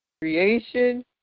creation